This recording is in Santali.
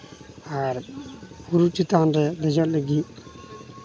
ᱟᱨ ᱵᱩᱨᱩ ᱪᱮᱛᱟᱱ ᱨᱮ ᱫᱮᱡᱚᱜ ᱞᱟᱹᱜᱤᱫ